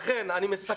לכן אני מסכם,